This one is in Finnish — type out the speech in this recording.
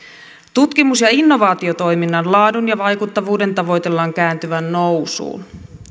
tutkimus ja innovaatiotoiminnan laadun ja vaikuttavuuden tavoitellaan kääntyvän nousuun